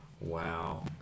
Wow